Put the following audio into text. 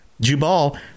Jubal